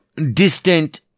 distant